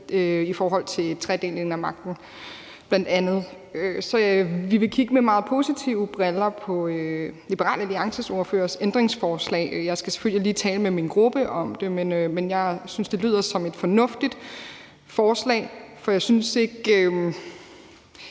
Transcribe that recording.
i forhold til bl.a. tredelingen af magten. Så vi vil kigge med meget positive briller på Liberal Alliances ordførers ændringsforslag. Jeg skal selvfølgelig tale med min gruppe om det, men jeg synes, det lyder som et fornuftigt forslag, for jeg synes ikke,